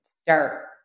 start